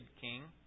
king